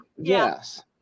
Yes